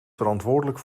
verantwoordelijk